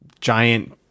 giant